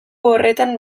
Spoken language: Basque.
horretan